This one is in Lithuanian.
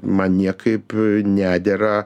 man niekaip nedera